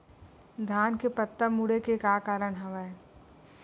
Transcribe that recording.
धान के पत्ता मुड़े के का कारण हवय?